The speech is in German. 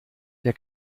der